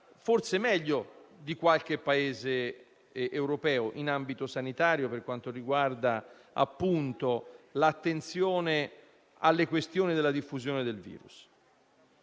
forse meglio di qualche Paese europeo in ambito sanitario per quanto riguarda, appunto, l'attenzione alla diffusione del virus.